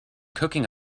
cooking